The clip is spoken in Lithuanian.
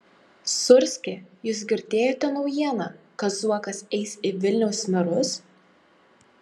sūrski jūs girdėjote naujieną kad zuokas eis į vilniaus merus